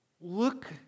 Look